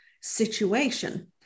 situation